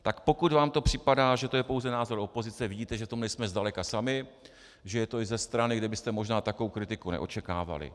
Tak pokud vám to připadá, že to je pouze názor opozice, vidíte, že v tom nejsme daleka sami, že je to i ze strany, kde byste možná takovou kritiku neočekávali.